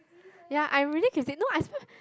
ya I really can no I suppose